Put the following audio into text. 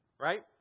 Right